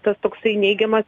tas toksai neigiamas